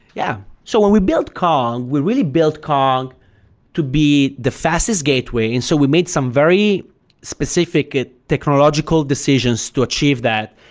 yeah. so when we built kong, we really built kong to be the fastest gateway. and so we made some very specific technological decisions to achieve that,